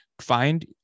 Find